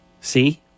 See